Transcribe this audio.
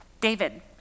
David